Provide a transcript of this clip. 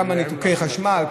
כמה ניתוקי חשמל,